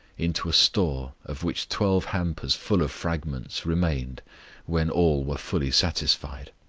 into a store of which twelve hampers full of fragments remained when all were fully satisfied.